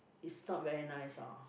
it's not very nice ah